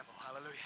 Hallelujah